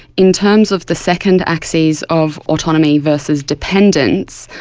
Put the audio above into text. in terms of the second axes of autonomy versus dependence,